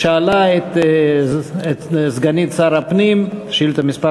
היא שאלה את סגנית שר הפנים שאילתה מס'